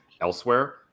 elsewhere